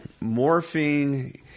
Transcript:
morphine